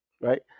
right